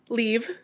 leave